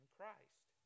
Christ